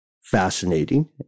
fascinating